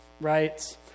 right